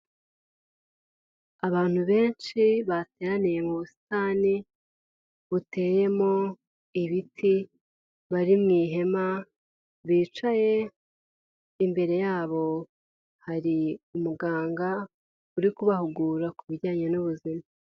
Abantu benshi bateraniye mu busitani buteyemo ibiti bari mu ihema bicaye imbere yabo hari umuganga uri kubahugura ku bijyanye n'ubuzima.